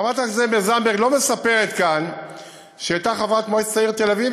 חברת הכנסת זנדברג לא מספרת כאן שהייתה חברת מועצת העיר תל-אביב,